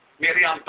Miriam